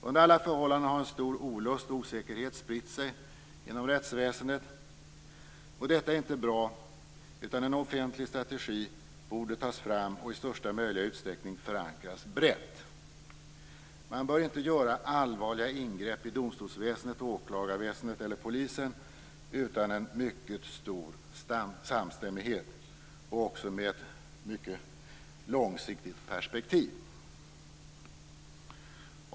Under alla förhållanden har en stor olust och osäkerhet spritt sig inom rättsväsendet, och detta är inte bra. En offentlig strategi borde tas fram och i största möjliga utsträckning förankras brett. Man bör inte göra allvarliga ingrepp i domstolsväsendet, åklagarväsendet eller polisen utan en mycket stor samstämmighet, och även med ett mycket långsiktigt perspektiv.